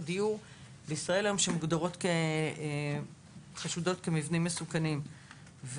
דיור שמוגדרות כחשודות כמבנים מסוכנים,